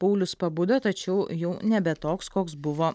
paulius pabudo tačiau jau nebe toks koks buvo